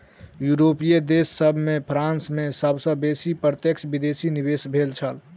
यूरोपीय देश सभ में फ्रांस में सब सॅ बेसी प्रत्यक्ष विदेशी निवेश भेल छल